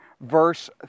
verse